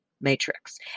matrix